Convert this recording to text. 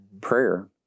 prayer